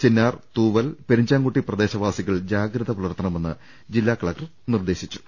ചിന്നാർ തൂവൽ പെരിഞ്ചാംകുട്ടി പ്രദേശവാസികൾ ജാഗ്രത പുലർത്തണമെന്ന് ജില്ലാ കലക്ടർ നിർദ്ദേശിച്ചു